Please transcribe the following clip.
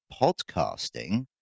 podcasting